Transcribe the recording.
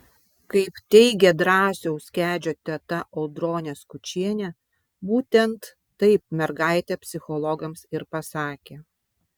kaip teigia drąsiaus kedžio teta audronė skučienė būtent taip mergaitė psichologams ir pasakė